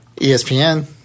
ESPN